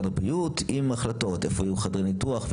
הבריאות עם החלטות: איפה יהיו חדרי ניתוח,